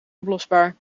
oplosbaar